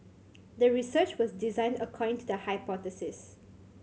the research was designed according to the hypothesis